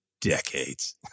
decades